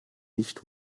nicht